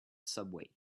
subway